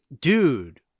dude